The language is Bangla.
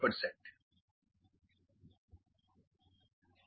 এটাই সিগনিফিকেন্স লেবেল